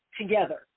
together